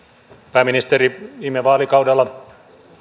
pääministeri viime vaalikaudella